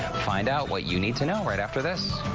find out what you need to know right after this.